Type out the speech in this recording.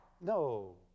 No